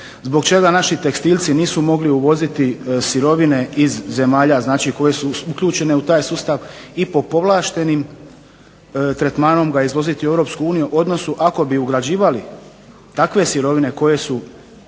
zbog čega naši tekstilci nisu mogli uvoziti sirovine iz zemalja, znači koje su uključene u taj sustav i po povlaštenim tretmanom ga izvoziti u Europsku uniju, odnosno ako bi ugrađivali takve sirovine koje su